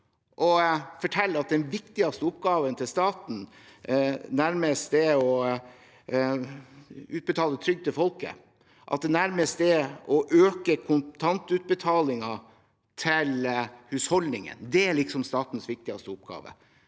og forteller at den viktigste oppgaven til staten nærmest er å utbetale trygd til folket, at det nærmest er å øke kontantutbetalingen til husholdningene som er statens viktigste oppgave.